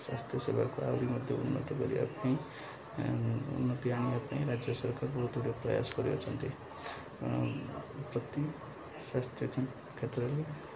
ସ୍ୱାସ୍ଥ୍ୟ ସେବାକୁ ଆହୁରି ମଧ୍ୟ ଉନ୍ନତି କରିବା ପାଇଁ ଉନ୍ନତି ଆଣିବା ପାଇଁ ରାଜ୍ୟ ସରକାର ବହୁତ ଗୁଡ଼ିଏ ପ୍ରୟାସ କରିଅଛନ୍ତି ପ୍ରତି ସ୍ୱାସ୍ଥ୍ୟ କ୍ଷେତ୍ରରେ